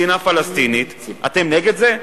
מדינה פלסטינית, אתם נגד זה?